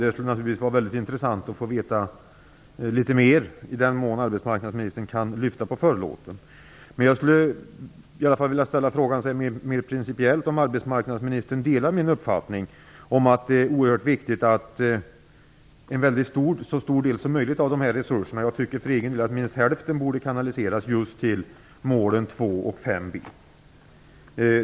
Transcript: Det skulle vara mycket intressant att få veta litet mer om detta, i den mån arbetsmarknadsministern nu kan lätta litet på förlåten. Jag vill ställa frågan om arbetsmarknadsministern principiellt delar min uppfattning att det är oerhört viktigt att en så stor del som möjligt av dessa resurser - enligt min egen uppfattning minst hälften - kanaliseras till målen 2 och 5b.